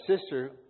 sister